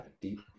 deep